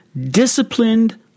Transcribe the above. disciplined